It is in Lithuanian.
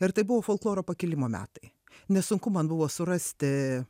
ir tai buvo folkloro pakilimo metai nesunku man buvo surasti